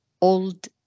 old